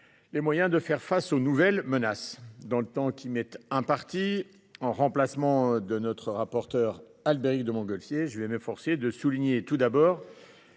les moyens de faire face aux nouvelles menaces. Dans le temps qui m’est imparti, en remplacement de notre rapporteur Albéric de Montgolfier, je soulignerai tout d’abord